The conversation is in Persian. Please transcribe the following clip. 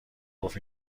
گفت